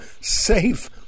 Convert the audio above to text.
safe